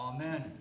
Amen